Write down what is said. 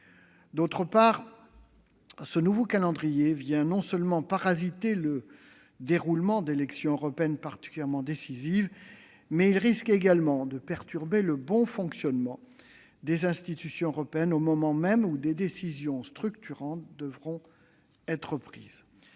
D'autre part, ce nouveau calendrier non seulement vient parasiter le déroulement d'élections européennes particulièrement décisives, mais il risque également de perturber le bon fonctionnement des institutions européennes au moment même où des décisions structurantes devront être prises.